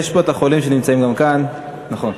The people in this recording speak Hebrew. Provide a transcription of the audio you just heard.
יש פה גם החולים, נמצאים כאן, נכון.